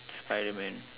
Spiderman